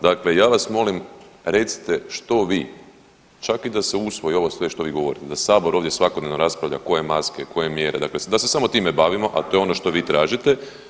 Dakle, ja vas molim recite što vi, čak i da se usvoji ovo sve što vi govorite, da Sabor ovdje svakodnevno raspravlja koje maske, koje mjere, dakle da se samo time bavimo, a to je ono što vi tražite.